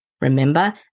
Remember